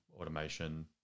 automation